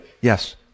Yes